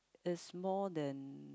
it's more than